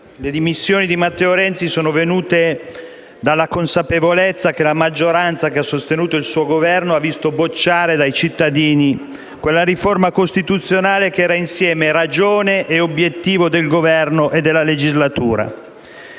le dimissioni di Matteo Renzi sono venute dalla consapevolezza che la maggioranza che ha sostenuto il suo Governo ha visto bocciare dai cittadini quella riforma costituzionale che era insieme ragione e obiettivo del Governo e della legislatura.